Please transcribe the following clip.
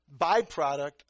byproduct